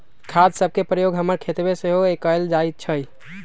खाद सभके प्रयोग हमर खेतमें सेहो कएल जाइ छइ